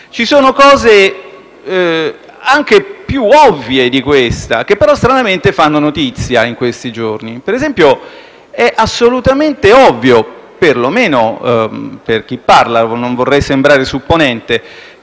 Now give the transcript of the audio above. Ci sono cose anche più ovvie di questa, che però stranamente fanno notizia in questi giorni. È assolutamente ovvio, ad esempio, perlomeno a me - non vorrei sembrare supponente